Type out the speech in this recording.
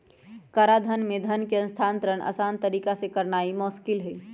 कराधान में धन का हस्तांतरण असान तरीका से करनाइ मोस्किल हइ